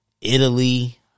Italy